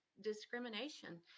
discrimination